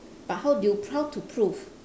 but how do you how to prove